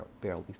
barely